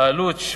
העלות: